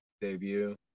debut